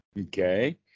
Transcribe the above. Okay